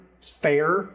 fair